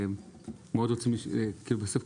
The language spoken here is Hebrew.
בסוף,